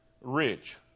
Rich